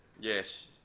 Yes